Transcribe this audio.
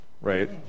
right